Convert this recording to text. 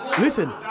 listen